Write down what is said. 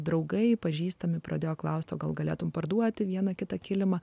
draugai pažįstami pradėjo klausti gal galėtumei parduoti vieną kitą kilimą